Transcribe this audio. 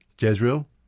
Jezreel